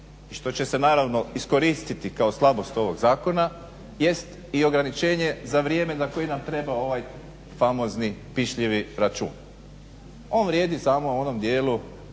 i što će se naravno iskoristiti kao slabost ovog zakona jest i ograničenje za vrijeme na koji nam treba ovaj famozni pišljivi račun. On vrijedi samo u onom dijelu